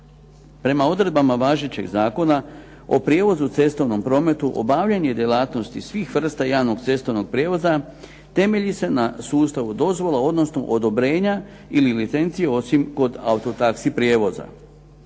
Prema odredbama važećeg Zakona o prijevozu u cestovnom prometu obavljanje djelatnosti svih vrsta javnog cestovnog prijevoza temelji se na sustavu dozvola odnosno odobrenja ili licencija osim kod auto taxi prijevoza.